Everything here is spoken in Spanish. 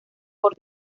por